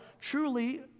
truly